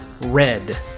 red